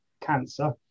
cancer